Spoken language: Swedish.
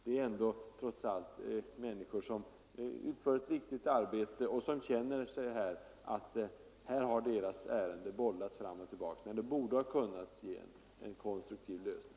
Det gäller trots allt människor som utför ett viktigt arbete och som känner att deras ärende har bollats fram och tillbaka, fastän det hade kunnat ges en konstruktiv lösning.